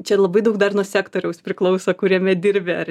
čia ir labai daug dar nuo sektoriaus priklauso kuriame dirbi ar